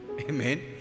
Amen